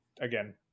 again